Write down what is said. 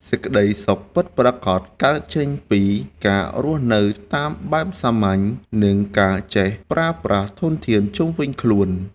សេចក្តីសុខពិតប្រាកដកើតចេញពីការរស់នៅតាមបែបសាមញ្ញ និងការចេះប្រើប្រាស់ធនធានជុំវិញខ្លួន។